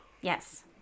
yes